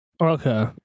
Okay